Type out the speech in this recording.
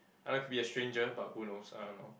I like could be a stranger but who knows I don't know